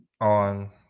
on